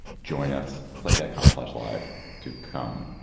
join us. slate, dot com slash live to come.